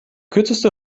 kürzeste